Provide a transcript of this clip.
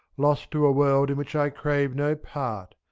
lost to a world in which i crave no part,